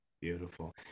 beautiful